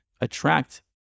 attract